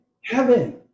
heaven